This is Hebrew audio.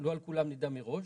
שלא על כולם נדע מראש.